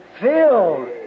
filled